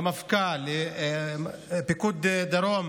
למפכ"ל, לפיקוד דרום